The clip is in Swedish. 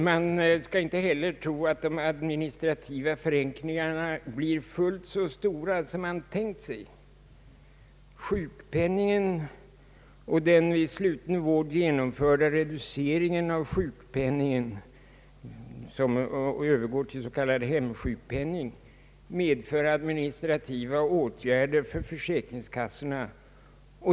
Man skall inte heller tro att de administrativa förenkligarna blir fullt så stora som man tänkt sig. Sjukpenningen och den vid sluten vård genomförda reduceringen av sjukpenningen och övergången till s.k. hemsjukpenning medför administrativa åtgärder för försäkringskassorna.